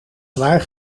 zwaar